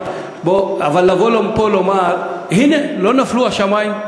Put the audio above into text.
אבל לבוא לפה ולומר: הנה, לא נפלו השמים.